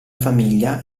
famiglia